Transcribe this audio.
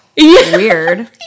weird